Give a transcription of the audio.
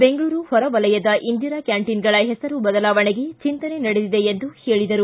ಬೆಂಗಳೂರು ಹೊರ ವಲಯದ ಇಂದಿರಾ ಕ್ಯಾಂಟೀನ್ಗಳ ಹೆಸರು ಬದಲಾವಣೆಗೆ ಚಿಂತನೆ ನಡೆದಿದೆ ಎಂದು ಹೇಳಿದರು